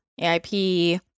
AIP